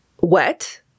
wet